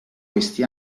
questi